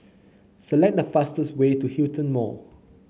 select the fastest way to Hillion Mall